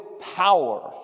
power